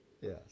Yes